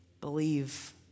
believe